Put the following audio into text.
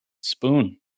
Spoon